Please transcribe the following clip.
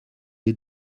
est